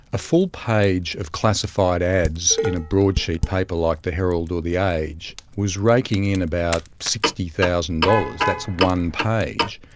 a full page of classified ads in a broadsheet paper like the herald or the age was raking in about sixty thousand dollars. that's one page.